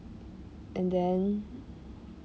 and then